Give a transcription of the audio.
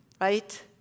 right